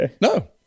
no